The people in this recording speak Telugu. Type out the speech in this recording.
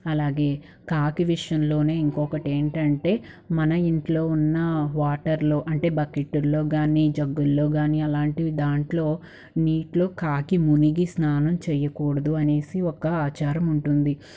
అలాగే కాకి విషయంలోనే ఇంకొకటి ఏంటంటే మన ఇంట్లో ఉన్న వాటర్లో అంటే బకెట్లో కానీ జగ్గుల్లో కానీ అలాంటి దాంట్లో నీటిలో కాకి మునిగి స్నానం చేయకూడదు అనేసి ఒక ఆచారం ఉంటుంది